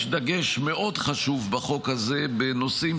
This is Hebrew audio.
יש דגש מאוד חשוב בחוק הזה בנושאים